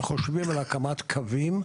וחושבים על הקמת קווים,